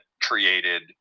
created